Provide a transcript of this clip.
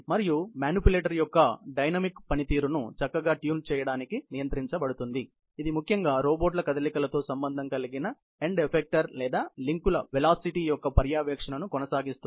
మరియు మానిప్యులేటర్ యొక్క డైనమిక్ పనితీరును చక్కగా ట్యూన్ చేయడానికి నియంత్రించబడుతుంది ఇది ముఖ్యంగా రోబోట్ల కదలికలతో సంబంధం కలిగిన ఎండ్ ఎఫెక్టర్ లేదా ఇతర లింక్ ల వెలాసిటీ యొక్క పర్యవేక్షణను కొనసాగిస్తుంది